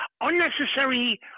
unnecessary –